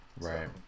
right